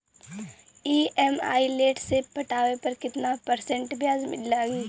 EMI late से पटावे पर कितना परसेंट ब्याज लगी?